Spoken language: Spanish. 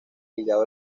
ligado